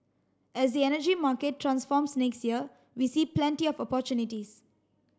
as the energy market transforms next year we see plenty of opportunities